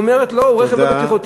היא אומרת: לא, הרכב לא בטיחותי.